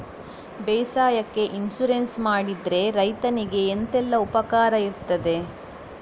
ಬೇಸಾಯಕ್ಕೆ ಇನ್ಸೂರೆನ್ಸ್ ಮಾಡಿದ್ರೆ ರೈತನಿಗೆ ಎಂತೆಲ್ಲ ಉಪಕಾರ ಇರ್ತದೆ?